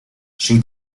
she